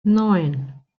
neun